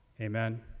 Amen